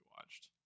watched